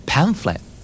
Pamphlet